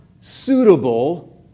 suitable